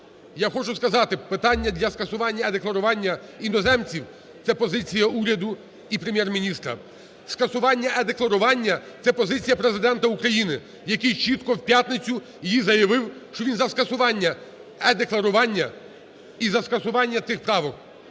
я хочу сказати питання для скасування е-декларування іноземців – це позиція уряду і Прем'єр-міністра, скасування е-декларування – це позиція Президента України, який чітко в п'ятницю її заявив, що він за скасування е-декларування і за скасування тих правок.